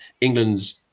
England's